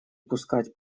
пускать